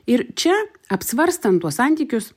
ir čia apsvarstant tuos santykius